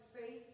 faith